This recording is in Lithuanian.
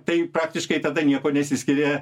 tai praktiškai tada niekuo nesiskiria